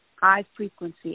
high-frequency